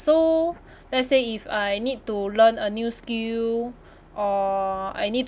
so let's say if I need to learn a new skill or I need